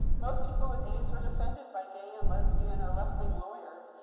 most people with aids were defended by gay and lesbian or left-wing lawyers.